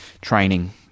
training